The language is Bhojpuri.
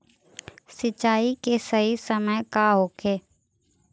सिंचाई के सही समय का होखे?